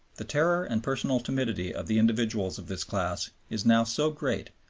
the terror and personal timidity of the individuals of this class is now so great,